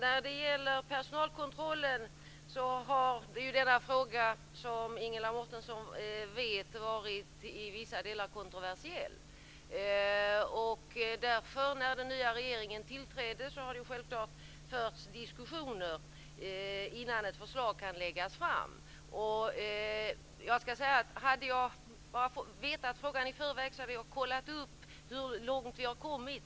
Fru talman! Frågan om personalkontrollen har, som Ingela Mårtensson vet, i vissa delar varit kontroversiell. När en ny regering har tillträtt måste det självfallet föras diskussioner innan ett förslag kan läggas fram. Om jag i förväg hade vetat att denna fråga skulle ställas, skulle jag ha tagit reda på hur långt vi har kommit.